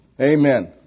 amen